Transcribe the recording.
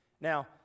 Now